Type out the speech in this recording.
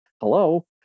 Hello